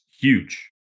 huge